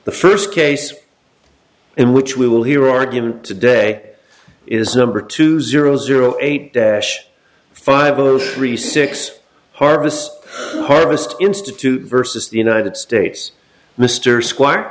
the first case in which we will hear argument today is number two zero zero eight dash five zero three six harvest harvest institute versus the united states mr squ